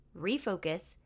refocus